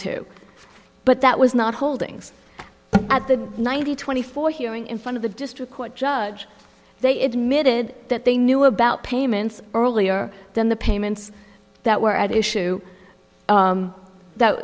to but that was not holdings at the ninety twenty four hearing in front of the district court judge they admitted that they knew about payments earlier than the payments that were at issue